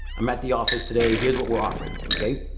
i'm at the office today, here's what we're offering. okay?